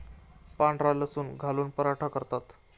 पांढरा लसूण घालून पराठा करतात